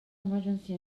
emergency